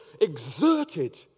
exerted